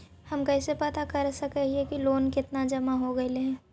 हम कैसे पता कर सक हिय की लोन कितना जमा हो गइले हैं?